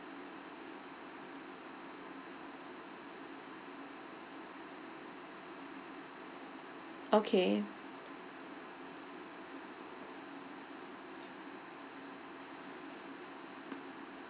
okay